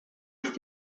ist